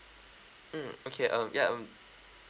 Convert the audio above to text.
mm okay um yeah um